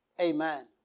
Amen